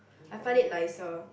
I find it nicer